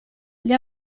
gli